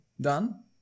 done